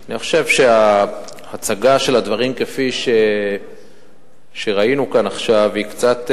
אני חושב שההצגה של הדברים כפי שראינו כאן עכשיו קצת,